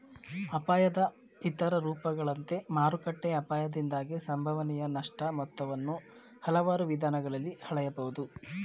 ಅಪಾಯದ ಇತರ ರೂಪಗಳಂತೆ ಮಾರುಕಟ್ಟೆ ಅಪಾಯದಿಂದಾಗಿ ಸಂಭವನೀಯ ನಷ್ಟ ಮೊತ್ತವನ್ನ ಹಲವಾರು ವಿಧಾನಗಳಲ್ಲಿ ಹಳೆಯಬಹುದು